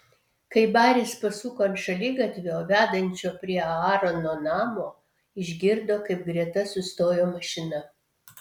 kai baris pasuko ant šaligatvio vedančio prie aarono namo išgirdo kaip greta sustojo mašina